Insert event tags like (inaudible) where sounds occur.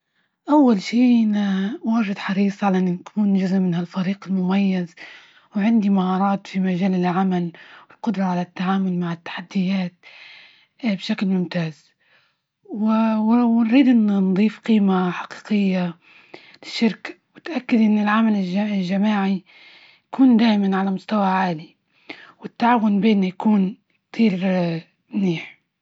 أول شي أنا واجد حريص على أن يكون جزء من ها الفريق المميز، وعندي مهارات في مجال العمل، القدرة على التعامل مع التحديات بشكل ممتاز، (hesitation) ونريد إن نضيف قيمة حقيقية للشركة وتأكد إن العمل الج- الجماعي، يكون دايما على مستوى عالى، والتعاون بنا يكون كتير منيح.